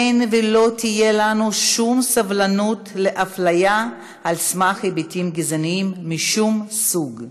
אין ולא תהיה לנו שום סבלנות לאפליה על סמך היבטים גזעניים משום סוג.